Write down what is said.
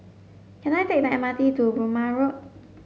can I take the M R T to Burmah Road